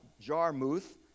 Jarmuth